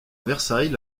versailles